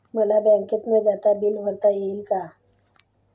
मला बँकेत न जाता बिले भरता येतील का?